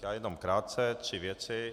Já jenom krátce tři věci.